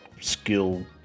skill